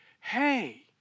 Hey